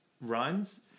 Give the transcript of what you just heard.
runs